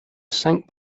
sank